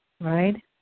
Right